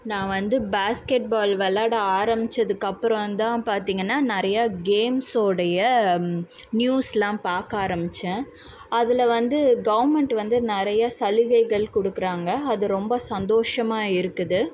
நான் வந்து basketball விளாட ஆரம்பித்ததுக்கு அப்புறம் தான் பார்த்தீங்கன்னா நிறையா கேம்ஸுடைய நியூஸெல்லாம் பார்க்க ஆரம்பித்தேன் அதில் வந்து கவர்மெண்ட் வந்து நிறைய சலுகைகள் கொடுக்குறாங்க அது ரொம்ப சந்தோஷமாக இருக்குது